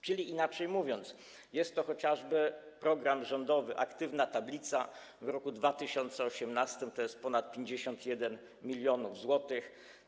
Czyli inaczej mówiąc, jest to chociażby program rządowy „Aktywna tablica” - w roku 2018 to jest ponad 51 mln zł.